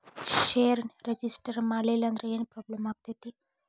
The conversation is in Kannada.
ಷೇರ್ನ ರಿಜಿಸ್ಟರ್ ಮಾಡ್ಸಿಲ್ಲಂದ್ರ ಏನ್ ಪ್ರಾಬ್ಲಮ್ ಆಗತೈತಿ